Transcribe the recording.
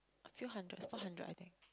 few hundred four hundred I think